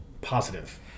positive